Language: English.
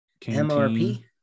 MRP